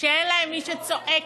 שאין להם מי שצועק,